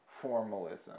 formalism